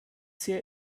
sehr